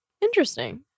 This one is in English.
interesting